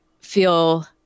feel